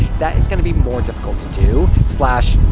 that is gonna be more difficult to do, slash,